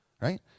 right